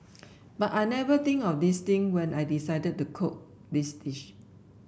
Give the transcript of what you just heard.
but I never think of these thing when I decided to cook this dish